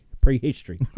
Prehistory